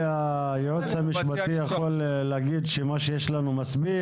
היועץ המשפטי יכול להגיד שמה שיש לנו הוא מספיק,